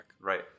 Right